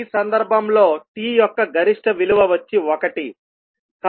ఈ సందర్భంలో t యొక్క గరిష్ట విలువ వచ్చి 1